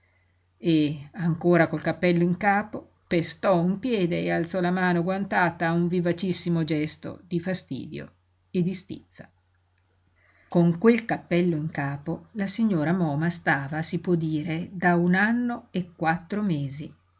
e ancora col cappello in capo pestò un piede e alzò la mano guantata a un vivacissimo gesto di fastidio e di stizza con quel cappello in capo la signora moma stava si può dire da un anno e quattro mesi